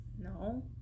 No